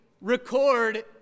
record